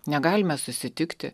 negalime susitikti